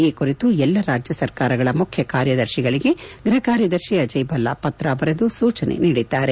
ಈ ಕುರಿತು ಎಲ್ಲ ರಾಜ್ಯ ಸರಕಾರಗಳ ಮುಖ್ಯ ಕಾರ್ಯದರ್ತಿಗಳಿಗೆ ಗ್ವಹ ಕಾರ್ಯದರ್ತಿ ಅಜಯ್ ಭಲ್ಲಾ ಪತ್ರ ಬರೆದು ಸೂಚನೆ ನೀಡಿದ್ದಾರೆ